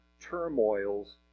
turmoils